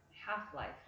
half-life